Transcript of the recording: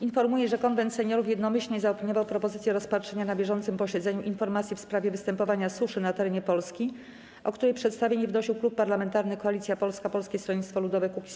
Informuję, że Konwent Seniorów jednomyślnie zaopiniował propozycję rozpatrzenia na bieżącym posiedzeniu informacji w sprawie występowania suszy na terenie Polski, o której przedstawienie wnosił Klub Parlamentarny Koalicja Polska - Polskie Stronnictwo Ludowe - Kukiz15.